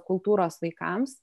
kultūros vaikams